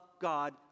God